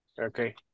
okay